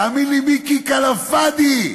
תאמין לי, מיקי, כלאם פאד'י,